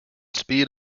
speed